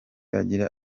agira